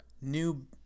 new